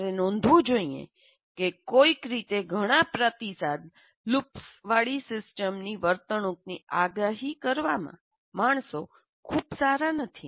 તમારે નોંધવું જોઈએ કે કોઈક રીતે ઘણાં પ્રતિસાદ લૂપ્સવાળી સિસ્ટમની વર્તણૂકની આગાહી કરવામાં માણસો ખૂબ સારા નથી